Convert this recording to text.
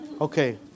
Okay